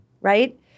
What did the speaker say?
right